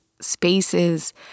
spaces